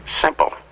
Simple